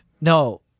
No